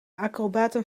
acrobaten